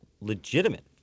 legitimate